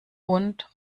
und